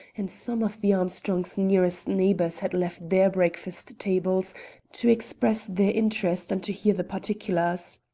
and some of the armstrongs' nearest neighbors had left their breakfast-tables to express their interest and to hear the particulars.